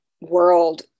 world